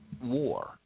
war